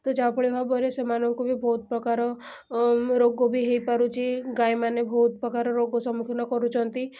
ତ ଯାହା ଫଳଭାବରେ ସେମାନଙ୍କୁ ବି ବହୁତପ୍ରକାର ରୋଗ ବି ହୋଇପାରୁଛି ଗାଈମାନେ ବହୁତପ୍ରକାର ରୋଗ ସମ୍ମୁଖୀନ କରୁଛନ୍ତି